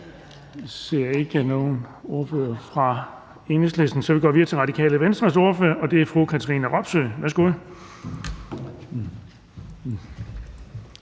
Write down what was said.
kan vi gå videre til Radikale Venstres ordfører, og det er fru Katrine Robsøe. Kl.